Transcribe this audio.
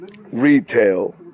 retail